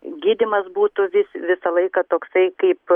gydymas būtų vis visą laiką toksai kaip